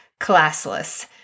classless